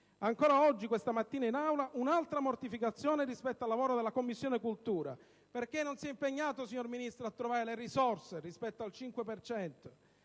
Ancora oggi, questa mattina in Aula, un'altra mortificazione rispetto al lavoro della Commissione istruzione: perché non si è impegnato, signor Ministro, a trovare le risorse rispetto al 5